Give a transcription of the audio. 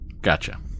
Gotcha